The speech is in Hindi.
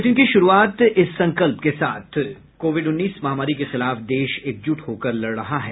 बुलेटिन की शुरूआत से पहले ये संकल्प कोविड उन्नीस महामारी के खिलाफ देश एकजुट होकर लड़ रहा है